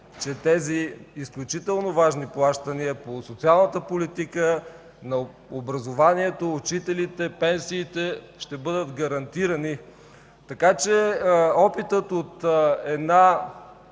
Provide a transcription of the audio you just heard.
че тези изключително важни плащания по социалната политика на образованието, учителите, пенсиите ще бъдат гарантирани. Така че опитът от една